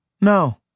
No